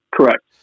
Correct